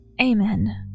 Amen